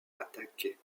attaquer